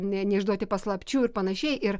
ne neišduoti paslapčių ir panašiai ir